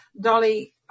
Dolly